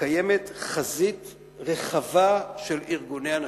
שקיימת חזית רחבה של ארגוני הנשים,